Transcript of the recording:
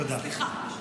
סליחה.